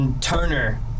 Turner